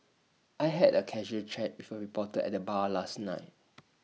I had A casual chat before A reporter at the bar last night